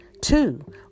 Two